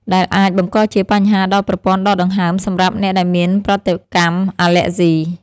ដែលអាចបង្កជាបញ្ហាដល់ប្រព័ន្ធដកដង្ហើមសម្រាប់អ្នកដែលមានប្រតិកម្មអាឡែហ្ស៊ី។